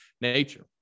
nature